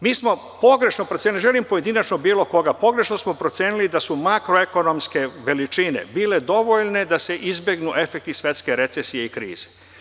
Mi smo pogrešno procenili, ne želim pojedinačno bilo koga, ali pogrešno smo procenili da su makroekonomske veličine bile dovoljne da se izbegnu efekti svetske recesije i krize.